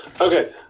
Okay